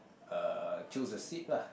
uh choose a seat lah